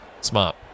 Smart